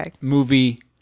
movie